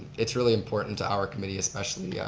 it's really important to our committee especially.